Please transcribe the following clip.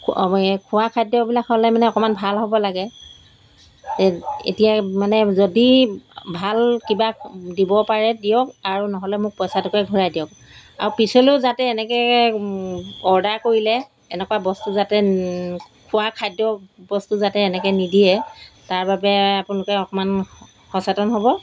অঁ এই খোৱা খাদ্যবিলাক হ'লে মানে অকণমান ভাল হ'ব লাগে এতিয়াই মানে যদি ভাল কিবা দিব পাৰে দিয়ক আৰু নহ'লে মোক পইচাটোকে ঘূৰাই দিয়ক আৰু পিছলেও যাতে এনেকৈ অৰ্ডাৰ কৰিলে এনেকুৱা বস্তু যাতে খোৱা খাদ্যবস্তু যাতে এনেকৈ নিদিয়ে তাৰবাবে আপোনালোকে অকণমান সচেতন হ'ব